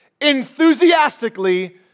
enthusiastically